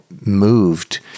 moved